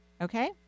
Okay